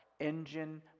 engine